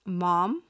mom